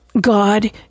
God